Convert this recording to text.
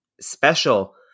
special